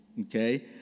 okay